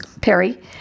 Perry